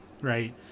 Right